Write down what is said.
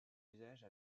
usage